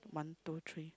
one two three